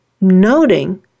noting